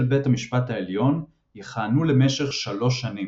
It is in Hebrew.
בית המשפט העליון יכהנו למשך 3 שנים.